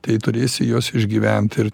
tai turėsi juos išgyvent ir